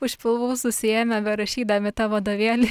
už pilvų susiėmę berašydami tą vadovėlį